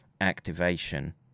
activation